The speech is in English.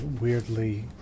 weirdly